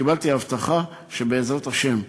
קיבלתי הבטחה שבעזרת השם,